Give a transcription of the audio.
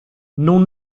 non